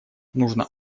нужно